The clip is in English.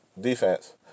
defense